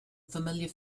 familiar